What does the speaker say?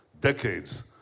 decades